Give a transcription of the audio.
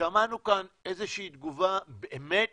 שמענו כאן איזה שהיא תגובה שבאמת